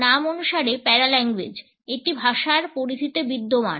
নাম অনুসারে প্যারাল্যাঙ্গুয়েজ এটি ভাষার পরিধিতে বিদ্যমান